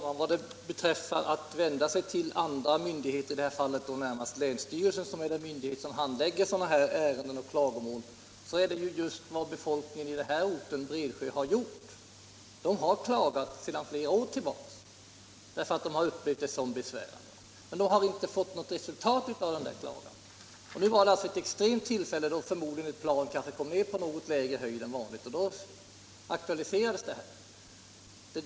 Herr talman! Beträffande förslaget att befolkningen skall vända sig till länsstyrelsen, som handlägger sådana här klagomål, vill jag säga att det är just vad befolkningen i Bredsjö har gjort. Man har klagat i flera år, eftersom man upplevt övningarna som besvärande. Men dessa klagomål har inte lett till något resultat. Nu inträffade alltså en extrem händelse, då ett plan tydligen kom ned på lägre höjd än vanligt. Därmed aktualiserades frågan igen.